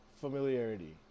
familiarity